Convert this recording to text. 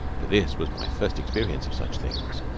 for this was my first experience of such things.